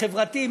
חברתי,